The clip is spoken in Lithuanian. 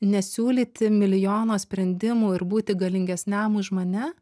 nesiūlyti milijono sprendimų ir būti galingesniam už mane